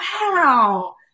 wow